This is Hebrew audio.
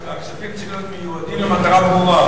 הכספים צריכים להיות מיועדים למטרה ברורה.